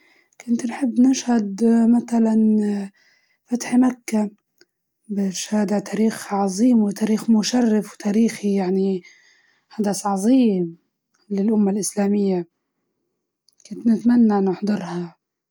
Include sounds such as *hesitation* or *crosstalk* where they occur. نبي نشاهد *hesitation* فتح مكة، حدث عظيم، وتاريخي مهم، كل شخص يتمنى يشوفه يعني، فهذا أكتر حاجة ممكن إني نبي نكون شاهدتها.